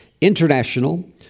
International